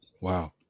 Wow